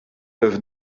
neuf